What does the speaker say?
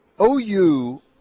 OU